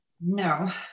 No